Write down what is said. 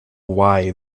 why